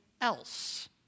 else